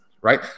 right